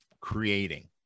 creating